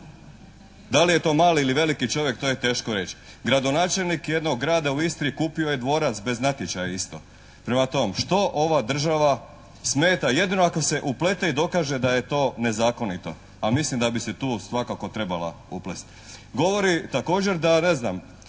Da li je to malo ili veliki čovjek to je teško reći. Gradonačelnik jednog grada u Istri kupio je dvorac bez natječaja isto. Prema tome, što ova država smeta, jedino ako se uplete i dokaže da je to nezakonito. A mislim da bi se tu svakako trebala uplesti. Govori također da ne znam